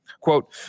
Quote